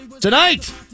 Tonight